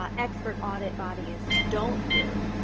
um expert audit bodies don't do,